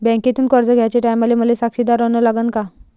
बँकेतून कर्ज घ्याचे टायमाले मले साक्षीदार अन लागन का?